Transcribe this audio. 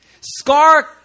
Scar